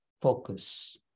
focus